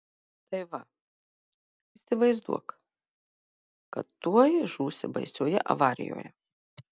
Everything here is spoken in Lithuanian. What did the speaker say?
tai va įsivaizduok kad tuoj žūsi baisioje avarijoje